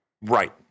Right